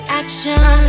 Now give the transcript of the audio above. action